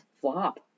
flop